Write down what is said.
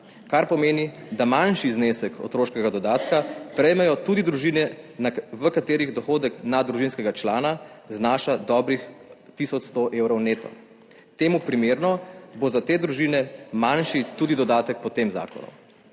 kar pomeni, da manjši znesek otroškega dodatka prejmejo tudi družine, v katerih dohodek na družinskega člana znaša dobrih tisoč 100 evrov neto. Temu primerno bo za te družine manjši tudi dodatek po tem zakonu.